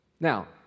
Now